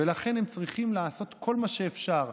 ולכן הם צריכים לעשות כל מה שאפשר: